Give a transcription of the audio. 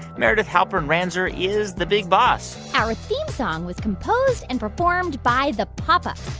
meredith halpern-ranzer is the big boss our theme song was composed and performed by the pop ups.